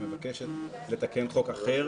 והיא מבקשת לתקן חוק אחר,